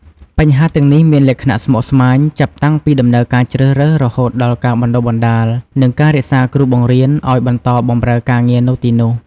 បញ្ហាទាំងនេះមានលក្ខណៈស្មុគស្មាញ ចាប់តាំងពីដំណើរការជ្រើសរើស រហូតដល់ការបណ្ដុះបណ្ដាល និងការរក្សាគ្រូបង្រៀនឲ្យបន្តបម្រើការងារនៅទីនោះ។